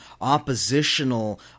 oppositional